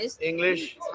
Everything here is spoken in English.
English